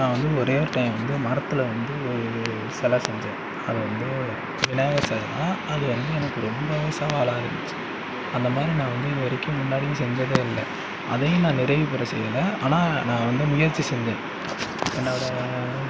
நான் வந்து ஒரே ஒரு டைம் வந்து மரத்தில் வந்து செலை செஞ்சேன் அதை வந்து விநாயகர் செலை தான் அது வந்து எனக்கு ரொம்ப ஒரு சவாலாக இருந்துச்சு அந்த மாதிரி நான் வந்து இது வரைக்கும் முன்னாடியும் செஞ்சதே இல்லை அதையும் நான் நிறைவு பெற செய்தேன் ஆனால் நான் வந்து முயற்சி செஞ்சேன் என்னோடய